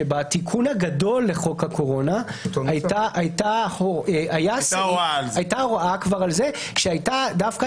שבתיקון הגדול לחוק הקורונה הייתה הוראה על זה שהייתה דווקא